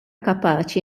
kapaċi